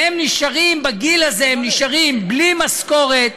והם נשארים בגיל הזה בלי משכורת,